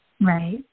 Right